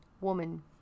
woman